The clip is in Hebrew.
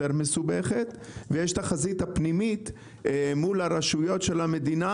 ויש את החזית הפנימית מול הרשויות של המדינה,